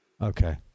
Okay